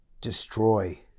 destroy